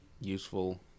useful